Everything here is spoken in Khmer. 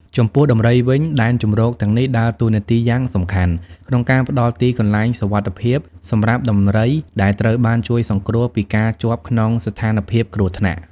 ចំពោះដំរីវិញ ដែនជម្រកទាំងនេះដើរតួនាទីយ៉ាងសំខាន់ក្នុងការផ្តល់ទីកន្លែងសុវត្ថិភាពសម្រាប់ដំរីដែលត្រូវបានជួយសង្គ្រោះពីការជាប់ក្នុងស្ថានភាពគ្រោះថ្នាក់។